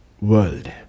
world